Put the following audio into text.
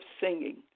singing